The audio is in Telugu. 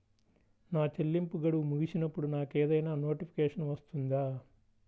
నా చెల్లింపు గడువు ముగిసినప్పుడు నాకు ఏదైనా నోటిఫికేషన్ వస్తుందా?